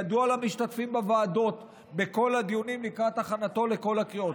ידוע למשתתפים בוועדות בכל הדיונים לקראת הכנתו לכל הקריאות.